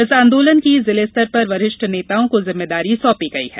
इस आंदोलन की जिले स्तर पर वरिष्ठ नेताओ को जिम्मेदारी सौंपी गयी है